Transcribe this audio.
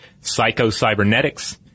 Psycho-Cybernetics